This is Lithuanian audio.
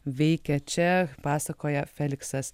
veikia čia pasakoja feliksas